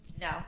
no